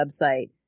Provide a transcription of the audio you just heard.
website